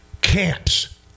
camps